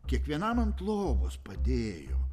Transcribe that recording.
kiekvienam ant lovos padėjo